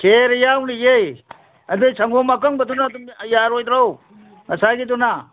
ꯈꯦꯔ ꯌꯥꯎꯔꯤꯌꯦ ꯑꯗꯨꯒꯤ ꯁꯪꯒꯣꯝ ꯑꯀꯪꯕꯗꯨꯅ ꯑꯗꯨꯝ ꯌꯥꯔꯣꯏꯗ꯭ꯔꯣ ꯉꯁꯥꯏꯒꯤꯗꯨꯅ